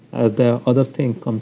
are there other things, um